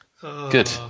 Good